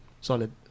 solid